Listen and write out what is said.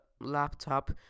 laptop